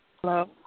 Hello